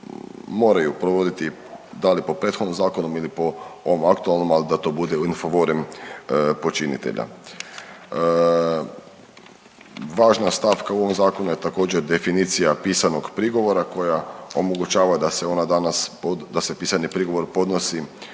moraju provoditi da li po prethodnom zakonu ili po ovom aktualnom ali da to bude u in favorem počinitelja. Važna stavka u ovom zakonu je također definicija pisanog prigovora koja omogućava da se ona danas, da se pisani prigovor podnosi